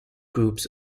groups